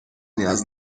نیاز